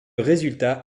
résultat